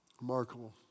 Remarkable